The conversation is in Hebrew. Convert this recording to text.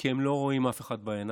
כי הם לא רואים אף אחד בעיניים,